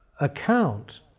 account